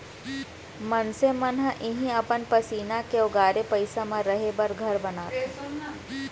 मनसे मन ह इहीं अपन पसीना के ओगारे पइसा म रहें बर घर बनाथे